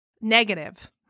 negative